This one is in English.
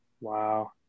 Wow